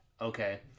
okay